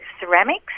ceramics